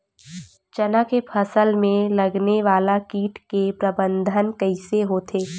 चना के फसल में लगने वाला कीट के प्रबंधन कइसे होथे?